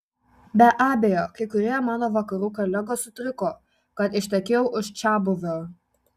be abejo kai kurie mano vakarų kolegos sutriko kad ištekėjau už čiabuvio